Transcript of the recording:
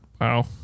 Wow